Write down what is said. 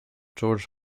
george